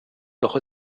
doch